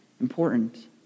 important